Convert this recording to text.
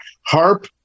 harp